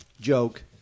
joke